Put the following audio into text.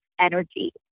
energy